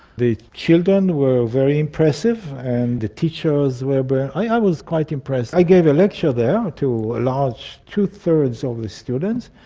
the children were very impressive and the teachers were, i was quite impressed. i gave a lecture there to a large, two-thirds of the students.